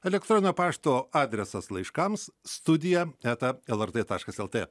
elektroninio pašto adresas laiškams studija eta lrt taškas lt